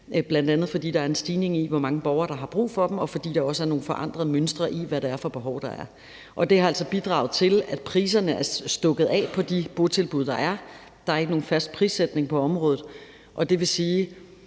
bl.a. fordi der er en stigning i, hvor mange borgere der har brug for dem, og fordi der også er nogle forandrede mønstre i, hvad det er for behov, der er. Og det har altså bidraget til, at priserne er stukket af på de botilbud, der er. Der er ikke nogen fast prissætning på området, og det vil sige,